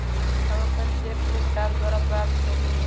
हम अपन cheque book डाक द्वारा प्राप्त कईली ह